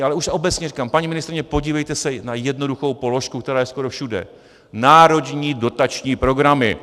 Ale už obecně říkám, paní ministryně, podívejte se na jednoduchou položku, která je skoro všude: národní dotační programy.